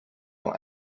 your